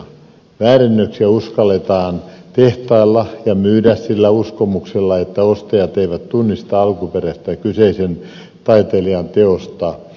väärennöksiä uskalletaan tehtailla ja myydä sillä uskomuksella että ostajat eivät tunnista alkuperäistä kyseisen taiteilijan teosta tai tyyliä